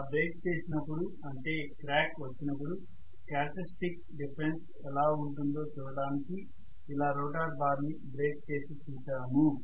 అలా బ్రేక్ చేసినపుడు అంటే క్రాక్ వచ్చినపుడు క్యారెక్టర్ స్టిక్ డిఫరెన్స్ ఎలా ఉంటుందో చూడడానికి ఇలా రోటర్ బార్ ని బ్రేక్ చేసి చూసాము